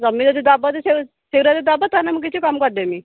ତୁମେ ଯଦି ଦେବ ଯଦି ସେଇଟା ଯଦି ଦେବ ତାହାଲେ ମୁଁ କିଛି କମ୍ କରିଦେବି